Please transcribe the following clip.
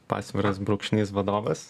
pasviras brūkšnys vadovas